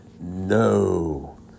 No